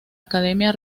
academia